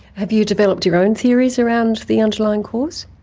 have you developed your own theories around the underlying cause?